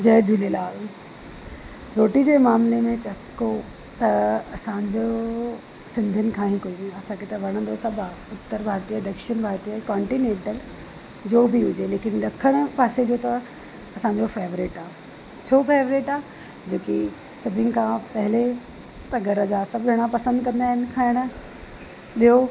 जय झूलेलाल रोटी जे मामले में चस्को त असांजो सिंधियुनि खाई कोई नी असांखे त वणंदो सभु आहे उत्तर भारतीय दक्षिण भारतीय कॉन्टिनेंटल जो बि हुजे लेकिन ॾखण पासे जो त असांजो फेवरेट आहे छो फेवरेट आहे जेकी सभिनि खां पहले त घर जा सभु ॼणा पसंदि कंदा आहिनि खाइणु ॿियों